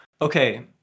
okay